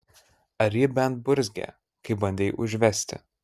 ar ji bent burzgė kai bandei užvesti